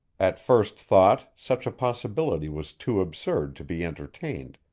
at first thought, such a possibility was too absurd to be entertained,